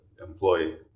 employee